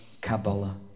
Kabbalah